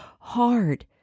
hard